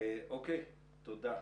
תודה.